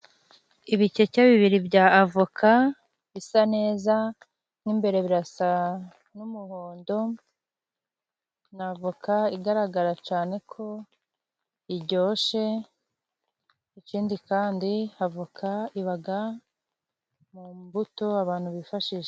Ibikeke bibiri bya avoka bisa neza n'imbere birasa n'umuhondo, n'avoka igaragara cyane ko iryoshe ikindi kandi avoka iba mu mbuto abantu bifashisha.